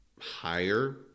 higher